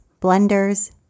blenders